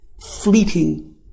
fleeting